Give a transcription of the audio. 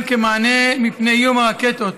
אכן, כמענה מפני איום הרקטות